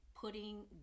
putting